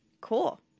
Cool